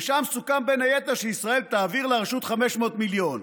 ושם סוכם בין היתר שישראל תעביר לרשות 500 מיליון.